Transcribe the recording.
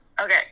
Okay